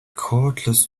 cordless